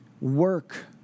work